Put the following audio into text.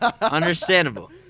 Understandable